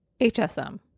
HSM